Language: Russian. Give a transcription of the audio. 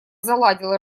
заладил